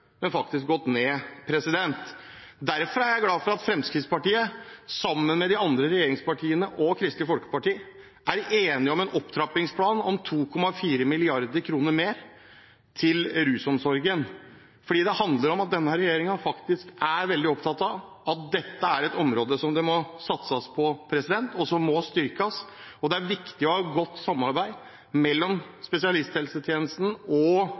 men faktisk gått ned. Derfor er jeg glad for at Fremskrittspartiet, de andre regjeringspartiene og Kristelig Folkeparti er enige om en opptrappingsplan på 2,4 mrd. kr mer til rusomsorgen. Det handler om at denne regjeringen faktisk er veldig opptatt av at dette er et område som det må satses på, og som må styrkes. Det er viktig å ha et godt samarbeid mellom spesialisthelsetjenesten og